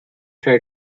try